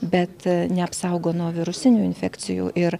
bet neapsaugo nuo virusinių infekcijų ir